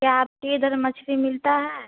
क्या आपके इधर मछली मिलता है